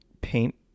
paint